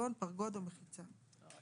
המעבר